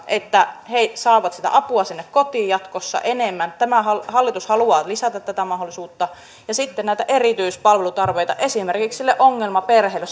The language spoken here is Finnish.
että he saavat sitä apua sinne kotiin jatkossa enemmän tämä hallitus haluaa lisätä tätä mahdollisuutta ja sitten näitä erityispalvelutarpeita esimerkiksi sille ongelmaperheelle